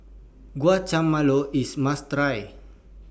Guacamole IS must Try